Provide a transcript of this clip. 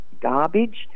garbage